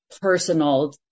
personal